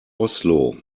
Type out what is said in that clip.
oslo